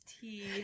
tea